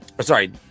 Sorry